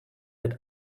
that